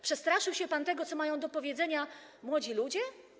Przestraszył się pan tego, co mają do powiedzenia młodzi ludzie?